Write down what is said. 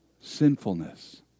sinfulness